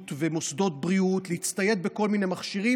ומוסדות בריאות להצטייד בכל מיני מכשירים,